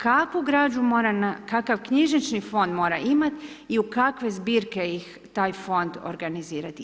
Kakvu građu mora, kakav knjižnični fond mora imati i u kakve zbirke ih taj fond organizirati.